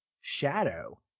shadow